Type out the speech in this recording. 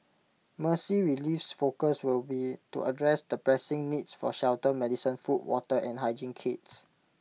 Mercy Relief's focus will be to address the pressing needs for shelter medicine food water and hygiene kits